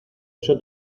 eso